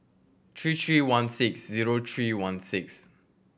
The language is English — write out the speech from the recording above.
three three one six zero three one six